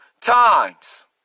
times